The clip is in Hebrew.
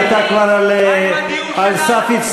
מה עם הדיור שלנו?